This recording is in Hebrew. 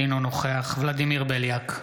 אינו נוכח ולדימיר בליאק,